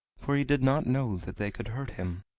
for he did not know that they could hurt him,